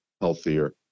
healthier